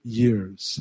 years